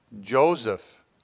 Joseph